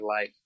life